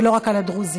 ורק על הדרוזים.